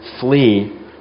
flee